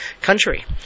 country